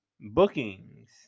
bookings